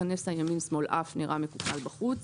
(2)כן נסע ימין / שמאל/ אף נראה מקופל / בחוץ".